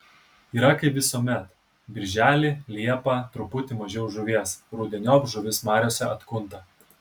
yra kaip visuomet birželį liepą truputį mažiau žuvies rudeniop žuvis mariose atkunta